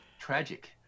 Tragic